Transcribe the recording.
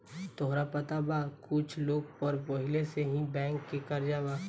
तोहरा पता बा कुछ लोग पर पहिले से ही बैंक के कर्जा बा